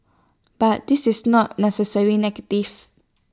but this is not necessary negative